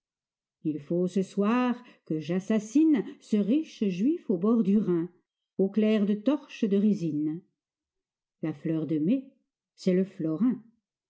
il faut ce soir que j'assassine ce riche juif au bord du rhin au clair de torches de résine la fleur de mai c'est le florin